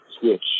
switch